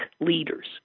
leaders